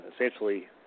essentially